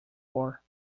four